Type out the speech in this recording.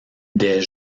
des